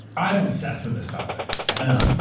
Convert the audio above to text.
i am obsessed with this topic. excellent.